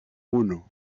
uno